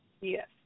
Yes